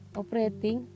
operating